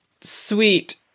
sweet